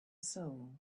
soul